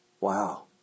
Wow